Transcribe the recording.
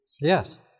Yes